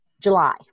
July